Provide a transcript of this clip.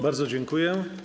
Bardzo dziękuję.